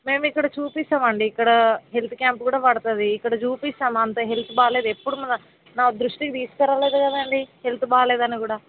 మేము ఇక్కడ చూపిస్తాము అండి ఇక్కడ హెల్త్ క్యాంప్ కూడా పడుతుంది ఇక్కడ చూపిస్తాము అంత హెల్త్ బాగోలేదు ఎప్పుడు నా దృష్టికి తీసుకురాలేదు కదండీ హెల్త్ బాగోలేదు అని కూడా